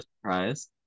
surprise